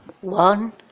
One